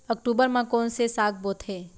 अक्टूबर मा कोन से साग बोथे?